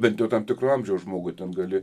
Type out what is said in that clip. bent jau tam tikro amžiaus žmogui ten gali